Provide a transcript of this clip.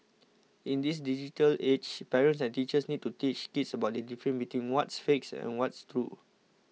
in this digital age parents and teachers need to teach kids about the difference between what's fake and what's true